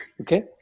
Okay